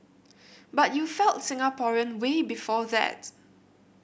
but you felt Singaporean way before that